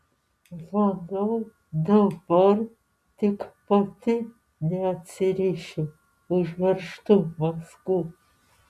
manau dabar tik pati neatsirišiu užveržtų mazgų